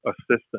assistant